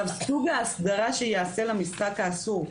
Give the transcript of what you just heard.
סוג האסדרה שייעשה למשחק האסור,